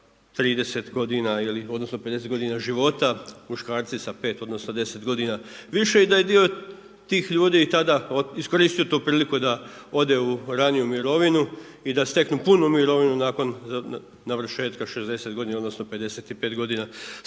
30 godina, odnosno 50 godina života, muškarci sa 5, odnosno 10 godina više i da je dio tih ljudi iskoristio tu priliku da ode u raniju mirovinu i da steknu punu mirovinu nakon navršetka 60 godina, odnosno 55 godina starosti